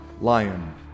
lion